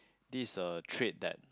this is a trait that